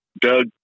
Doug